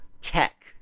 tech